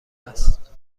است